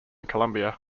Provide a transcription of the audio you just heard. colombia